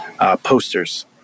posters